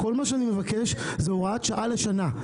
וכל מה שאני מבקש זה הוראת שעה לשנה.